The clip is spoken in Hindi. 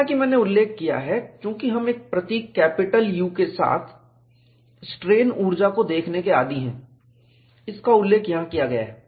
जैसा कि मैंने उल्लेख किया है चूंकि हम एक प्रतीक कैपिटल U के साथ स्ट्रेन ऊर्जा को देखने के आदी हैं इसका उल्लेख यहां किया गया है